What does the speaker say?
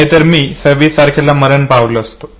नाहीतर मी 26 तारखेला मरण पावलो असतो